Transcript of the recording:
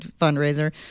fundraiser